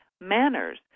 manners